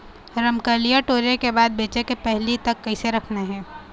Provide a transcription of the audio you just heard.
रमकलिया टोरे के बाद बेंचे के पहले तक कइसे रखना हे?